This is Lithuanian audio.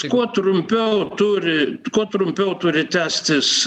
kuo trumpiau turi kuo trumpiau turi tęstis